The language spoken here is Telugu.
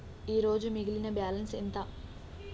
ఈరోజు మిగిలిన బ్యాలెన్స్ ఎంత?